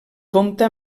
compta